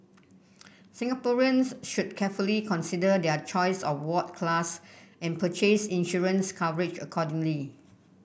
Singaporeans should carefully consider their choice of ward class and purchase insurance coverage accordingly